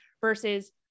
versus